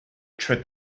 trip